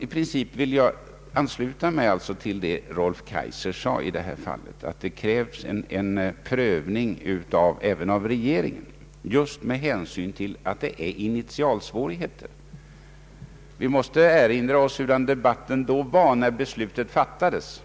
I princip vill jag ansluta mig till det herr Rolf Kaijser sade i detta fall, nämligen att det krävs en prövning även från regeringen just med hänsyn till initialsvårigheterna. Vi måste erinra oss hur debatten fördes när beslutet fattades.